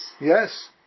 Yes